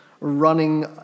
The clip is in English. running